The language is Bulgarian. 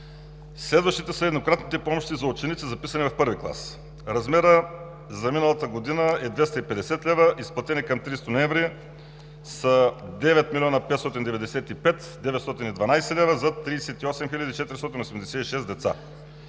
Следват еднократните помощи за ученици, записани в първи клас. Размерът за миналата година е 250 лв., изплатени към 30 ноември са 9 млн. 595 хил. 912 лв. за 38 486 деца.